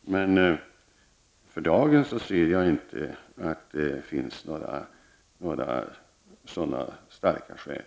Men för dagen ser jag som sagt inte att det finns några sådana starka skäl.